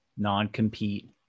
non-compete